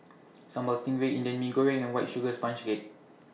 Sambal Stingray Indian Mee Goreng and White Sugar Sponge Cake